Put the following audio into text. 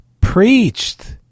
preached